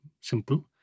simple